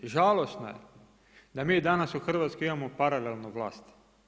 I žalosno je da mi danas u Hrvatskoj imamo paralelnu vlast.